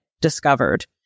discovered